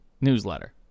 newsletter